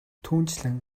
түүнчлэн